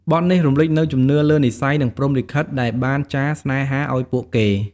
បទនេះរំលេចនូវជំនឿលើនិស្ស័យនិងព្រហ្មលិខិតដែលបានចារស្នេហាឲ្យពួកគេ។